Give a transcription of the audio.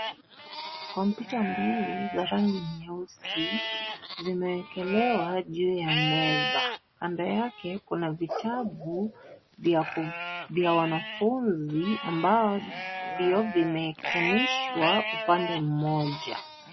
Kompyuta mbili za rangi nyeusi zimeekelewa juu ya meza ,kando yakeniuna vitabu vya wanafunzi ambavyo vimeekanishwa upande mona.